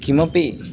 किमपि